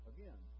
Again